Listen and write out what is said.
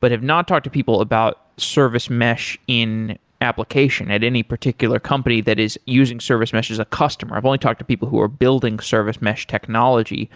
but have not talked to people about service mesh in application at any particular company that is using service mesh as a customer. i've only talked to people who are building service mesh technology.